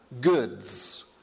goods